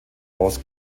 haus